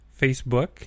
Facebook